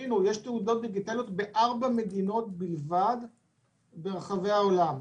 תבינו שיש תעודות דיגיטליות בארבע מדינות בלבד ברחבי העולם.